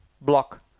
block